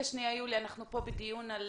יולי, אנחנו פה בדיון על